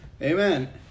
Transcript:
amen